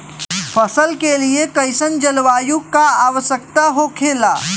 फसल के लिए कईसन जलवायु का आवश्यकता हो खेला?